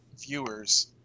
viewers